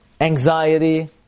anxiety